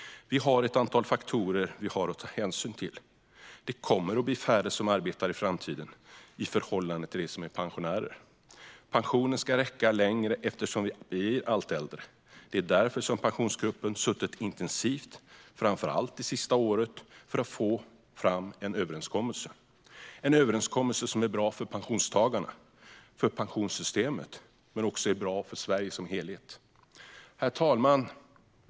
Vi har ett antal faktorer att ta hänsyn till. Det kommer att bli färre som arbetar i framtiden i förhållande till dem som är pensionärer. Pensionen ska räcka längre eftersom vi blir allt äldre. Det är därför som Pensionsgruppen arbetat intensivt, fram allt det senaste året, för att få fram en överenskommelse som är bra för pensionstagarna, för pensionssystemet och för Sverige som helhet. Fru talman!